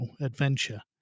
adventure